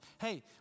Hey